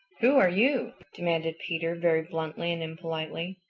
who are you? demanded peter very bluntly and impolitely.